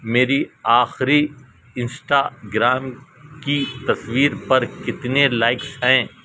میری آخری انسٹاگرام کی تصویر پر کتنے لائکس ہیں